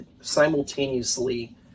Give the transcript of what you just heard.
simultaneously